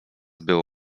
było